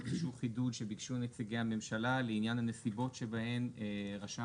איזשהו חידוד שביקשו נציגי הממשלה לעניין הנסיבות שבהן רשם